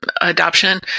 adoption